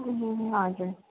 ए हजुर